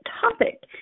topic